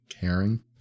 caring